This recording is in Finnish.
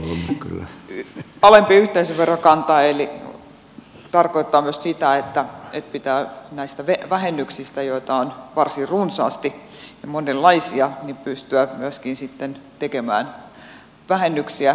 alempi yhteisöverokanta tarkoittaa myös sitä että pitää näistä vähennyksistä joita on varsin runsaasti ja monenlaisia pystyä myöskin sitten tekemään vähennyksiä